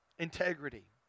Integrity